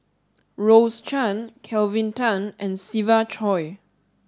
Rose Chan Kelvin Tan and Siva Choy